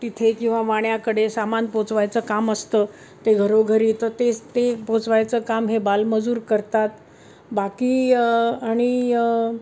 तिथे किंवा वाण्याकडे सामान पोचवायचं काम असतं ते घरोघरी तर ते ते पोचवायचं काम हे बालमजूर करतात बाकी आणि